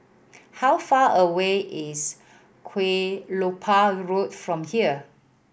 how far away is Kelopak Road from here